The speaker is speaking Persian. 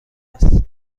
است